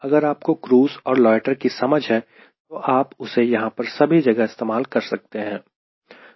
अगर आपको क्रूज़ और लोयटर कि समझ है तो आप उसे यहां पर सभी जगह इस्तेमाल कर सकते हैं